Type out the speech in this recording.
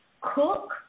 cook